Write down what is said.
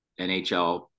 nhl